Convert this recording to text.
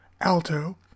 alto